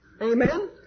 Amen